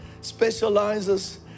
specializes